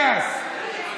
ש"ס,